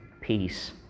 peace